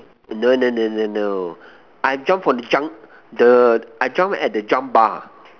no no no no no I jump from the junk the I jump at the jump bar